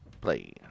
play